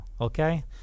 okay